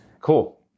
Cool